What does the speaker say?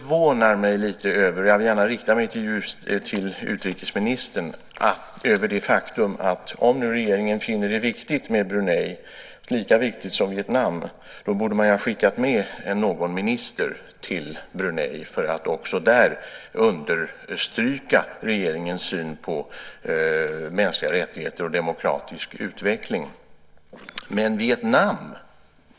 Jag vill gärna rikta mig till utrikesministern och säga att jag förvånar mig över en sak. Om nu regeringen finner det viktigt med Brunei - lika viktigt som Vietnam - så borde man ha skickat med någon minister till Brunei för att också där understryka regeringens syn på mänskliga rättigheter och demokratisk utveckling. Herr talman!